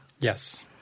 Yes